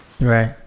Right